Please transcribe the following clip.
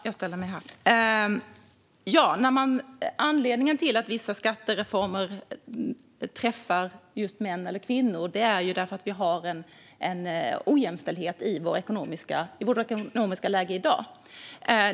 Fru talman! Jag tackar för frågan. Anledningen till att vissa skattereformer träffar just män eller kvinnor är att vi har en ojämställdhet i ekonomin i dag.